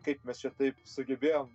kaip mes čia taip sugebėjom